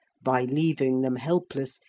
by leaving them helpless,